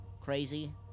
crazy